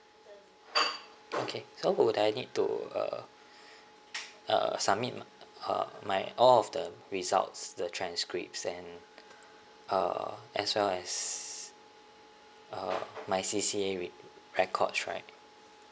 okay so would I need to uh uh submit uh my all of the results the transcripts and uh as well as uh my C_C_A records right